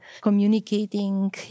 communicating